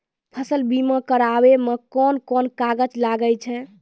फसल बीमा कराबै मे कौन कोन कागज लागै छै?